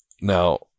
Now